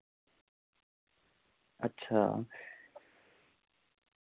अच्छा